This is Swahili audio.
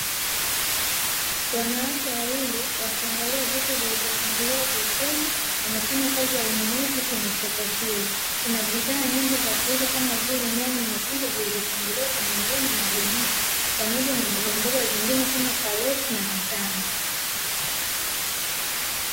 Wanawake wawili wakiangalia vitu vilivyopangiliwa vizuri wanafanya kazi ya ununuzi kwenye soko hilo. Kuna bidhaa nyingi za kuuza kama vile nyanya nyekundu zilizopangiliwa kwenye ndoo na magunia, pamoja na mboga mboga zingine kama karoti na matango.